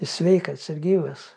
sveikas ir gyvas